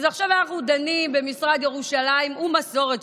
אז עכשיו אנחנו דנים במשרד ירושלים ומסורת,